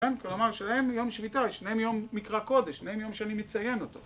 כן, כלומר שלהם יום שביתה, שניהם יום מקרא קודש, שניהם יום שאני מציין אותו